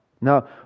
Now